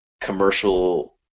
commercial